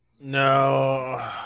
No